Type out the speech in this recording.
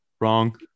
Wrong